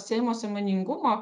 seimo sąmoningumo